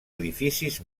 edificis